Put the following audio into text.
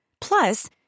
Plus